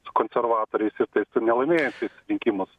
su konservatoriais ir taip ir nelaimėjusiais rinkimus